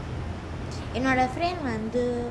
என்னோட:ennoda friend வந்து:vanthu